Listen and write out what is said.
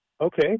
okay